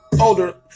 older